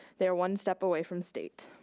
they're one step away from state.